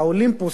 האולימפוס,